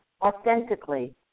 authentically